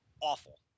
awful